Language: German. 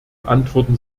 antworten